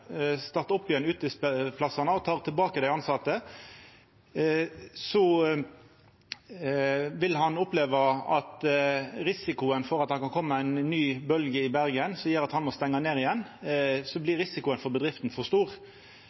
opp igjen utestadane og tek tilbake dei tilsette, vil han oppleva at risikoen for bedrifta blir for stor, for det kan koma ei ny bølgje i Bergen som gjer at han må stengja ned igjen. Difor blir